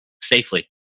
safely